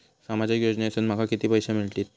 सामाजिक योजनेसून माका किती पैशे मिळतीत?